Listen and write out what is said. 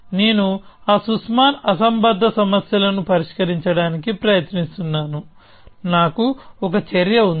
నేను ఆ సుస్మాన్ అసంబద్ధ సమస్యలను పరిష్కరించడానికి ప్రయత్నిస్తున్నాను నాకు ఒక చర్య ఉంది